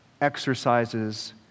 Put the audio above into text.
exercises